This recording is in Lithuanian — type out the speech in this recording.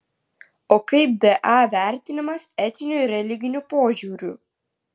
o kaip da vertinimas etiniu ir religiniu požiūriu